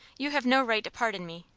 you have no right to pardon me,